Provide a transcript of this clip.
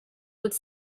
could